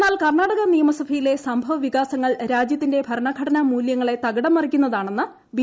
എന്നാൽ കർണ്ണാടക നിയമസഭയിലെ സംഭവ വികാസങ്ങൾ രാജ്യത്തിന്റെ ഭരണഘടനാ മൂല്യങ്ങളെ തകിടം മറിയ്ക്കുന്നതാണെന്ന് ബി